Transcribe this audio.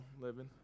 living